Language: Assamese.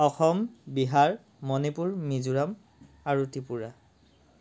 অসম বিহাৰ মণিপুৰ মিজোৰাম আৰু ত্ৰিপুৰা